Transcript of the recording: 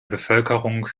bevölkerung